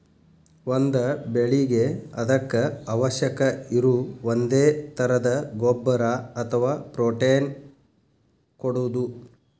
ಒಂದ ಬೆಳಿಗೆ ಅದಕ್ಕ ಅವಶ್ಯಕ ಇರು ಒಂದೇ ತರದ ಗೊಬ್ಬರಾ ಅಥವಾ ಪ್ರೋಟೇನ್ ಕೊಡುದು